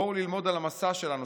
בואו ללמוד על המסע שלנו,